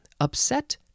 Upset